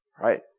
right